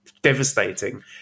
Devastating